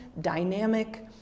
dynamic